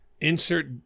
insert